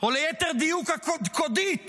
או ליתר דיוק הקודקודית